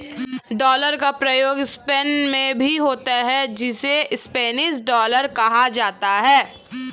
dollar का प्रयोग Spain में भी होता है जिसे स्पेनिश डॉलर कहा जाता है